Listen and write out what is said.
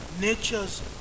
natures